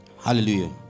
Hallelujah